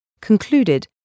concluded